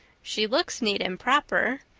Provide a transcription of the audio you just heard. she looks neat and proper.